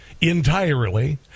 entirely